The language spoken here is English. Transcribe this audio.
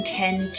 tend